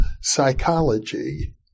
Psychology